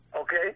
okay